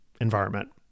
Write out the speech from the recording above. environment